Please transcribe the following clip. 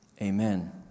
Amen